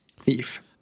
thief